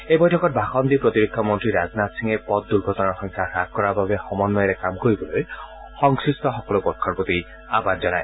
এই বৈঠকত ভাষণ দি প্ৰতিৰক্ষা মন্ত্ৰী ৰাজনাথ সিঙে পথ দুৰ্ঘটনাৰ সংখ্যা হ্ৰাস কৰাৰ বাবে সমন্বয়েৰে কাম কৰিবলৈ সংশ্লিষ্ট সকলো পক্ষৰ প্ৰতি আহ্বান জনায়